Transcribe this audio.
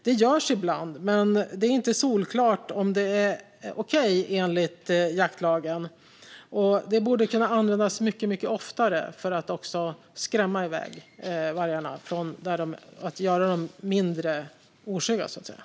Det görs ibland, men det är inte solklart om det är okej enligt jaktlagen. Att skrämma iväg vargarna och göra dem mindre oskygga, så att säga, är något som borde kunna användas mycket oftare.